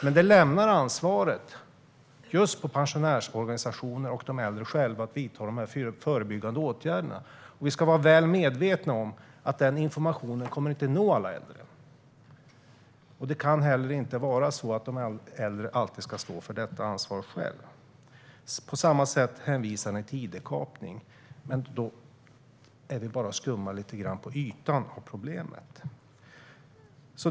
Men pensionärsorganisationerna och de äldre själva lämnas med ansvaret att vidta de förebyggande åtgärderna. Vi ska vara väl medvetna om att den här informationen inte kommer att nå alla äldre. Det kan heller inte vara så att de äldre alltid ska stå för detta ansvar själva. På samma sätt hänvisar man till id-kapning. Men det är bara att skumma lite grann på ytan av problemet.